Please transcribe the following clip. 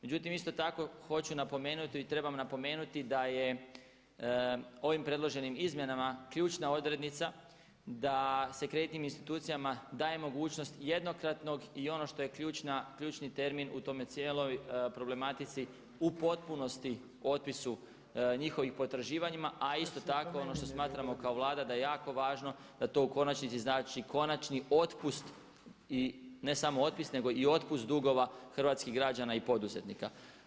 Međutim isto tako hoću i trebam napomenuti da je ovim predloženim izmjenama ključna odrednica da se kreditnim institucijama daje mogućnost jednokratnog i ono što je ključni termin u toj cijeloj problematici u potpunosti otpisu njihovu potraživanjima, a isto tako ono što smatramo kao Vlada da je jako važno da to u konačnici znači konačni otpust i ne samo otpis nego i otpust dugova hrvatskih građana i poduzetnika.